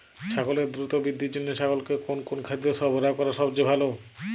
ছাগলের দ্রুত বৃদ্ধির জন্য ছাগলকে কোন কোন খাদ্য সরবরাহ করা সবচেয়ে ভালো?